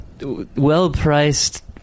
well-priced